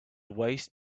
waste